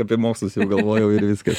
apie mokslus galvojau ir viskas